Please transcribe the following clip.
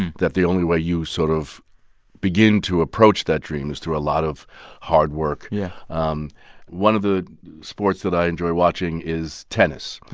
and that the only way you sort of begin to approach that dream is through a lot of hard work. yeah um one of the sports that i enjoy watching is tennis.